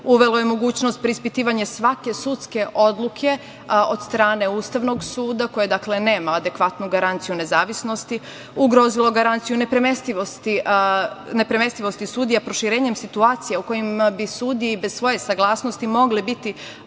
Uvelo je mogućnost preispitivanja svake sudske odluke od strane Ustavnog suda, koje, dakle, nema adekvatnu garanciju nezavisnosti, ugrozilo garanciju nepremestivosti sudija proširenjem situacija u kojima bi sudije i bez svoje saglasnosti mogle biti